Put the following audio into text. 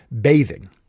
bathing